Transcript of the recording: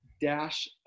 dash